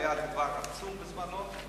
זה היה דבר עצום בזמנו,